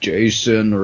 Jason